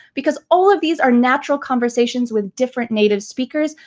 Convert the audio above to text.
because all of these are natural conversations with different native speakers,